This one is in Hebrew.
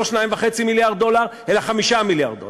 לא 2.5 מיליארד דולר אלא 5 מיליארד דולר.